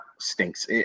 stinks